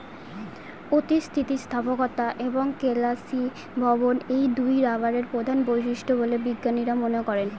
অতি স্থিতিস্থাপকতা এবং কেলাসীভবন এই দুইই রবারের প্রধান বৈশিষ্ট্য বলে বিজ্ঞানীরা মনে করেন